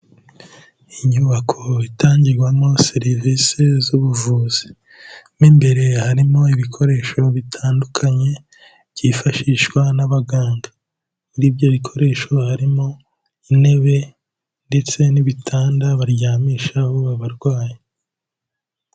Inyubako itangirwamo serivisi z'ubuvuzi, mo imbere harimo ibikoresho bitandukanye byifashishwa n'abaganga, muri ibyo bikoresho harimo intebe ndetse n'ibitanda baryamishaho abarwayi.